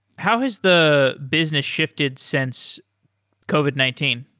how is the business shifted since covid nineteen?